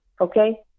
okay